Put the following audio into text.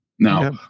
Now